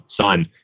son